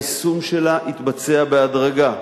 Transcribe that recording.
היישום שלה יתבצע בהדרגה.